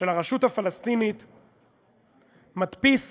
מדפיס